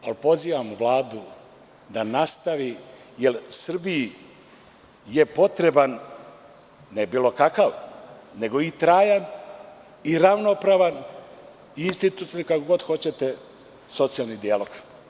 Pozivamo Vladu da nastavi jer Srbiji je potreban, ne bilo kakav, nego i trajan i ravnopravan i institucionalni i kako god hoćete socijalni dijalog.